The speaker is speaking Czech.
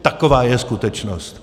Taková je skutečnost.